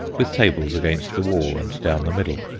with tables against the wall and down the middle,